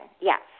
yes